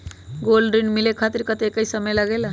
Gold ऋण मिले खातीर कतेइक समय लगेला?